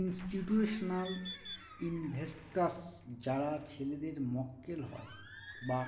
institutional investors যারা ছেলেদের মক্কেল হয় বা